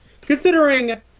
considering